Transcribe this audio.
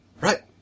Right